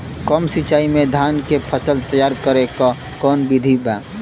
कम सिचाई में धान के फसल तैयार करे क कवन बिधि बा?